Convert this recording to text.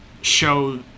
show